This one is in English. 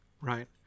right